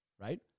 right